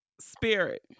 Spirit